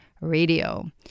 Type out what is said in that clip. radio